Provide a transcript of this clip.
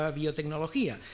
biotecnología